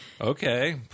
Okay